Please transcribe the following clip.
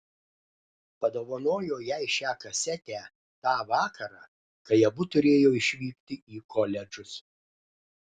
padovanojo jai šią kasetę tą vakarą kai abu turėjo išvykti į koledžus